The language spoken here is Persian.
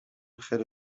خیلی